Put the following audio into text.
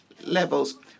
levels